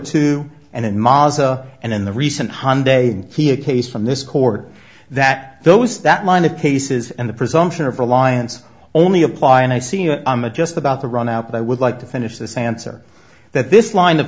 two and in maza and in the recent hyundai p a case from this court that those that line cases and the presumption of reliance only apply and i see it i'm a just about to run out but i would like to finish this answer that this line of